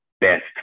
best